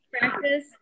practice